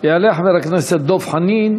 יעלה חבר הכנסת דב חנין,